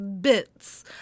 Bits